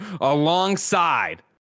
alongside